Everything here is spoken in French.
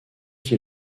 qui